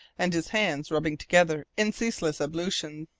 and his hands rubbing together in ceaseless ablutions.